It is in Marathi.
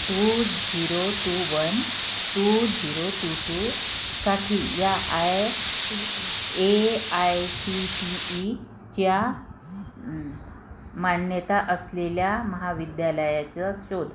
to zero two one two zero two two साठी या I A I C T ईच्या मान्यता असलेल्या महाविद्यालयाचं शोध